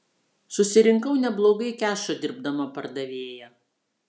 susirinkau neblogai kešo dirbdama pardavėja